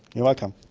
you're welcome.